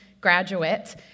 graduate